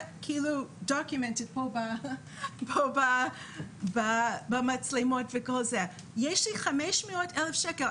יש לי 500 אלף שקלים,